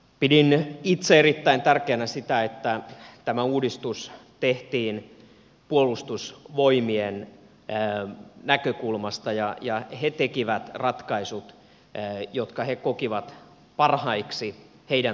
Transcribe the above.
pidin itse erittäin tärkeänä sitä että tämä uudistus tehtiin puolustusvoimien näkökulmasta ja he tekivät ratkaisut jotka he kokivat parhaiksi heidän toimintansa kannalta